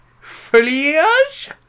Foliage